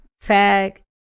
tag